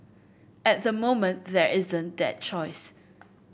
at the moment there isn't that choice